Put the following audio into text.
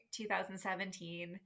2017